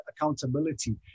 accountability